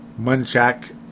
Munchak